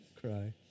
Cry